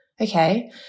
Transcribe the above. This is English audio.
okay